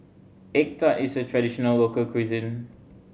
egg tart is a traditional local cuisine